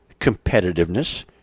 competitiveness